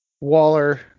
Waller